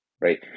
right